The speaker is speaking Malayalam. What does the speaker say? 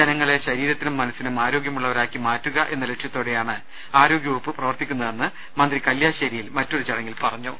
ജനങ്ങളെ ശരീരത്തിനും മനസിനും ആരോഗ്യമുള്ളവരാക്കി മാറ്റുകയെന്ന ലക്ഷ്യത്തോടെയാണ് ആരോഗ്യ വകുപ്പ് പ്രവർത്തിക്കുന്നതെന്ന് മന്ത്രി കല്യാശ്ശേരിയിൽ മറ്റൊരു ചടങ്ങിൽ പറഞ്ഞു